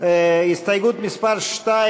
עמיר פרץ,